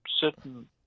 certain